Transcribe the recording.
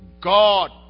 God